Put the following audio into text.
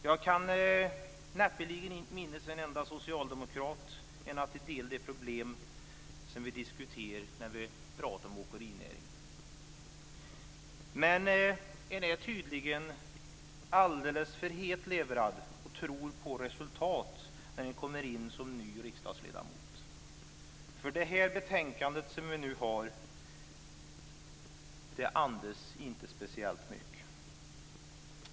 Jag kan näppeligen minnas en enda socialdemokrat som inte hade samma uppfattning som vi om de problem som vi diskuterade när vi pratade om åkerinäringen. Man är tydligen alldeles för hetlevrad och tror på resultat när man kommer in som ny riksdagsledamot. Det betänkande som vi nu behandlar andas inte speciellt mycket.